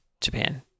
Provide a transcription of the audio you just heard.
Japan